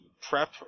prep